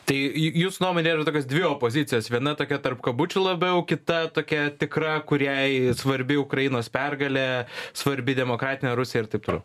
tai jū jūsų nuomone yra tokios dvi opozicijos viena tokia tarp kabučių labiau kita tokia tikra kuriai svarbi ukrainos pergalė svarbi demokratinė rusija ir taip toliau